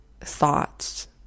thoughts